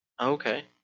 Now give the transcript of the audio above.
Okay